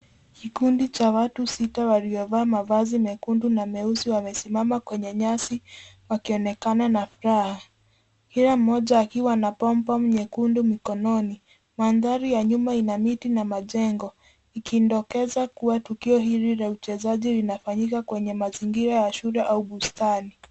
Kikundi cha watu sita waliovaa mavazi mekundu na meusi wamesimama kwenye nyasi wakionekana na furaha, kila mmoja akiwa na pom pom nyekundu mkononi. Mandhari ya nyuma ina miti na majengo ikidokeza kuwa tukio hili la uchezaji linafanyika kwenye mazingira ya shule au bustani.